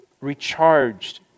recharged